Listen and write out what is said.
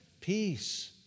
Peace